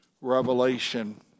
Revelation